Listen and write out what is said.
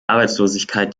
arbeitslosigkeit